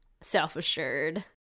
self-assured